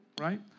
right